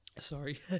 sorry